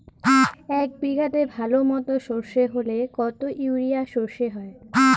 এক বিঘাতে ভালো মতো সর্ষে হলে কত ইউরিয়া সর্ষে হয়?